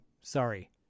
sorry